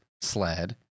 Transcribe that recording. sled